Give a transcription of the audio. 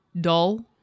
dull